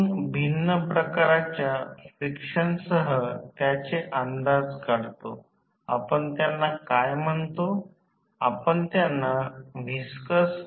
तर उच्च व्होल्टेज बाजू प्रत्यक्षात 220 व्होल्ट आहे